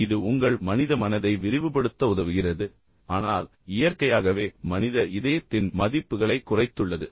எனவே இது உங்கள் மனித மனதை விரிவுபடுத்த உதவுகிறது ஆனால் இயற்கையாகவே மனித இதயத்தின் மதிப்புகளைக் குறைத்துள்ளது